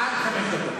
דקות.